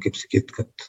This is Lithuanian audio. kaip sakyt kad